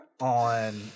on